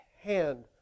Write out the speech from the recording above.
hand